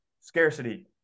scarcity